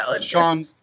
Sean